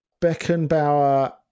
Beckenbauer